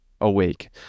awake